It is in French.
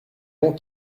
long